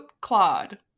Claude